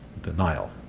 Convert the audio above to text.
denial.